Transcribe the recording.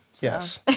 Yes